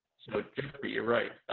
so you're right.